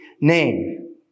name